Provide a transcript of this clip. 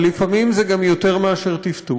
אבל לפעמים זה גם יותר מאשר טפטוף,